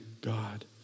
God